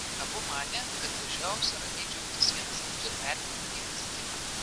abu manė kad gražiausia ramiai džiaugtis vienas kitu ir vertinti vienas kitą